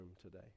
today